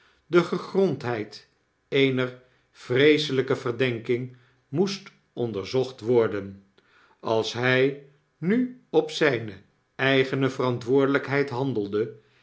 de gegrondheid eener vreeselyke verdenking moest onderzocht worden als hij nu op zijne eigene verantwoordelijkheid handelde